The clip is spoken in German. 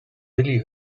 willy